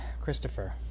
christopher